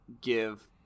give